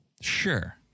Sure